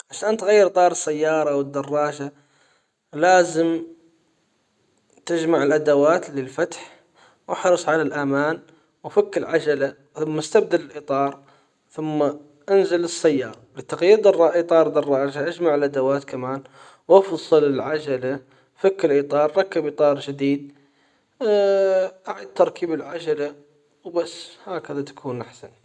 عشان تغير طار السيارة والدراجة لازم تجمع الأدوات للفتح واحرص على الأمان وفك العجلة ثم استبدل الأطار ثم انزل السيارة لتقييدها اجمع الادوات كمان وافصل العجلة فك الاطار ركب اطار جديد اعد تركيب العجلة وبس هكذا تكون احسنت.